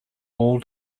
all